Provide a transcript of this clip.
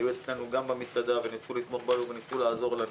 היו גם אצלנו במסעדה וניסו לתמוך בנו ולעזור לנו.